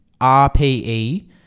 RPE